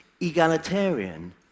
egalitarian